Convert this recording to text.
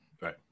Right